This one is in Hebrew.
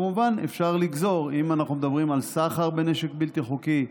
אם אנחנו מדברים על סחר בנשק בלתי חוקי,